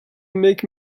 make